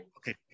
Okay